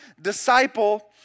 disciple